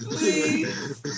Please